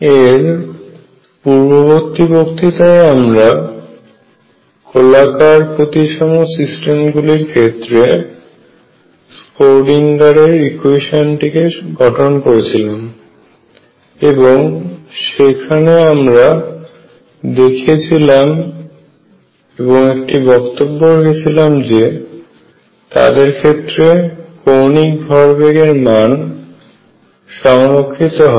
এর পূর্ববর্তী বক্তৃতায় আমরা গোলাকার প্রতিসম সিস্টেম গুলির ক্ষেত্রে স্ক্রোডিঙ্গারের ইকুয়েশনটিকেSchrödinger equation গঠন করেছিলাম এবং সেখানে আমরা দেখেছিলাম এবং একটি বক্তব্য রেখেছিলাম যে তাদের ক্ষেত্রে কৌণিক ভরবেগের মান সংরক্ষিত হয়